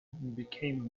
became